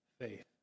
faith